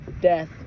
Death